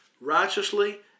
righteously